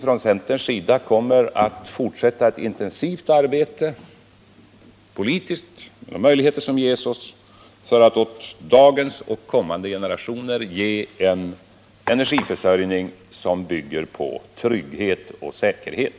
Från centerns sida kommer vi att fortsätta att intensivt arbeta, att politiskt arbeta med de möjligheter som ges oss, för att åt dagens och kommande generationer ge en energiförsörjning som bygger på trygghet och säkerhet.